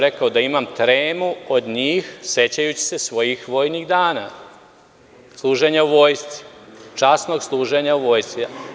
Rekao sam da imam tremu od njih, sećajući se svojih vojnih dana služenja u vojsci, časnog služenja u vojsci.